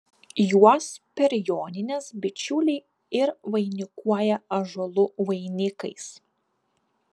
juos per jonines bičiuliai ir vainikuoja ąžuolų vainikais